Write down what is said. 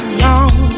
long